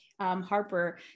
Harper